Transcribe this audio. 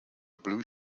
blue